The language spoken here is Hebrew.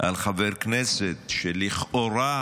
על חבר הכנסת שלכאורה